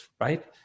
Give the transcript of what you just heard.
right